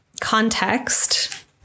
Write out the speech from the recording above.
context